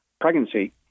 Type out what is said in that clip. pregnancy